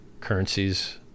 currencies